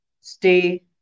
Stay